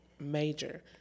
major